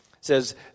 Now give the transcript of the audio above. says